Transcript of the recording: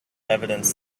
evidence